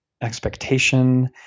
expectation